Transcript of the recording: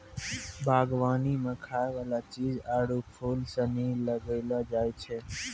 बागवानी मे खाय वाला चीज आरु फूल सनी लगैलो जाय छै